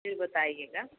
फिर बताइएगा